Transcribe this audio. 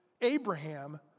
Abraham